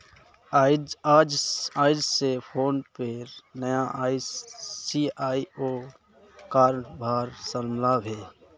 आइज स फोनपेर नया सी.ई.ओ कारभार संभला बे